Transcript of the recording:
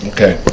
Okay